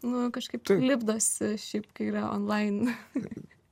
nu kažkaip lipdosi šiaip kai yra onlain